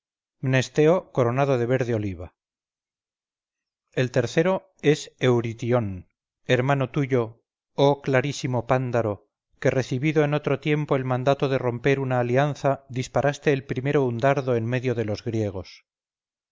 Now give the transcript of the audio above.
regatas mnesteo coronado de verde oliva el tercero es euritión hermano tuyo oh clarísimo pándaro que recibido en otro tiempo el mandado de romper una alianza disparaste el primero un dardo en medio de los griegos